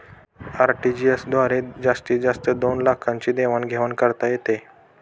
RTGS द्वारे जास्तीत जास्त दोन लाखांची देवाण घेवाण करता येते